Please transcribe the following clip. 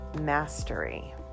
mastery